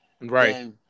Right